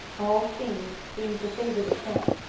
all things seemed to favor the tramp.